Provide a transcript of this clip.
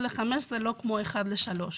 אחד לחמש זה לא כמו אחד לשלוש.